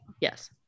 Yes